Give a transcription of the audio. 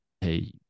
hey